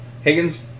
Higgins